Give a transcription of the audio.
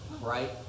right